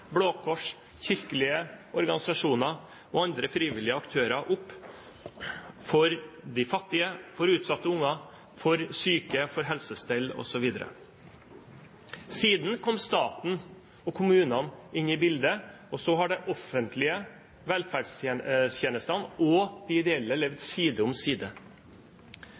Kors, kirkelige organisasjoner og andre frivillige aktører opp for de fattige, for utsatte barn, for syke, for helsestell osv. Siden kom staten og kommunene inn i bildet, og så har de offentlige velferdstjenestene og de ideelle levd side om side.